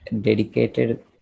dedicated